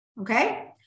Okay